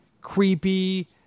creepy